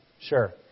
sure